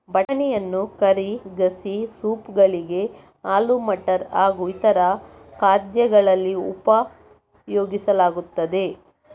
ಬಟಾಣಿಯನ್ನು ಕರಿ, ಗಸಿ, ಸೂಪ್ ಗಳಿಗೆ, ಆಲೂ ಮಟರ್ ಹಾಗೂ ಇತರ ಖಾದ್ಯಗಳಲ್ಲಿ ಉಪಯೋಗಿಸಲಾಗುತ್ತದೆ